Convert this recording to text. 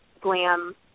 glam